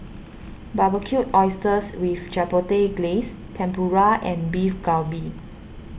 Barbecued Oysters with Chipotle Glaze Tempura and Beef Galbi